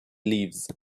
leaves